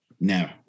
No